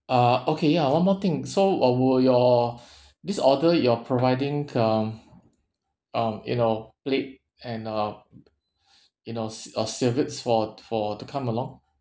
ah okay ya one more thing so uh will your this order you're providing um um you know plate and uh you know s~ uh serviettes for for to come along